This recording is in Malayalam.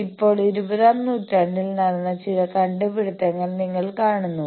ഇപ്പോൾ ഇരുപതാം നൂറ്റാണ്ടിൽ നടന്ന ചില കണ്ടുപിടുത്തങ്ങൾ നിങ്ങൾ കാണുന്നു